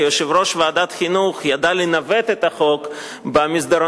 כיושב-ראש ועדת חינוך הוא ידע לנווט את החוק במסדרונות